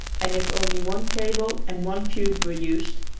and if only one cable and one tube were used,